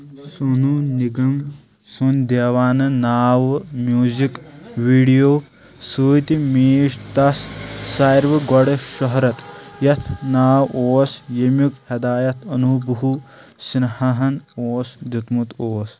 سونو نگم سٕنٛد دیوانہ ناوٕ music video سۭتۍ میج تس سارِوٕ گوڈٕ شُہرت یَتھ ناو اوس یمیُک ہدایت انوبہو سنہاہن اوس دِیتمُت اوس